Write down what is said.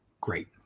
great